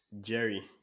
jerry